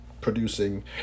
producing